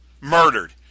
murdered